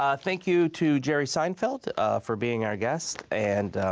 ah thank you to jerry seinfeld for being our guest. and,